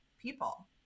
people